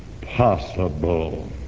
possible